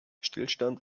stillstand